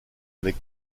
avec